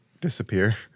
disappear